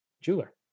jeweler